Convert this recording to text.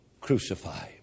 crucify